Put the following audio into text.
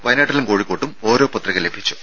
വയനാട്ടിലും കോഴിക്കോട്ടും ഓരോ പത്രിക ലഭിച്ചു